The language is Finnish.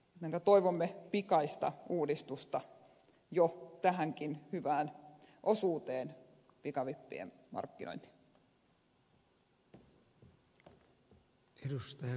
siksi toivomme pikaista uudistusta jo tähänkin hyvään osuuteen pikavippien markkinointiin